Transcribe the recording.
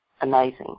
amazing